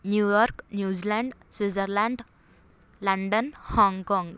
New York New Zealand Switzerland London Hong Kong